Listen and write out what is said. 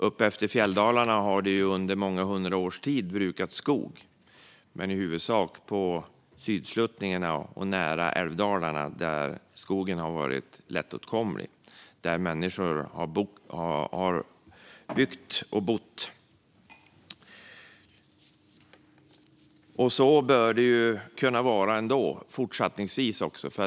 Upp efter fjälldalarna har det i många hundra års tid brukats skog, men i huvudsak på sydsluttningarna och nära älvdalarna, där skogen har varit lättåtkomlig och där människor har byggt och bott. Så bör det kunna vara också fortsättningsvis.